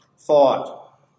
thought